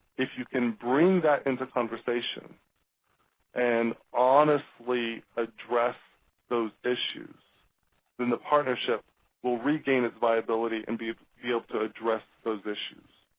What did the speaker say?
if you can bring that into conversation and honestly address those issues then the partnership will regain its viability and be be able to address those issues.